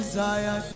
Desire